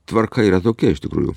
tvarka yra tokia iš tikrųjų